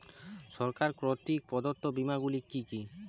সরকার কর্তৃক প্রদত্ত বিমা গুলি কি কি?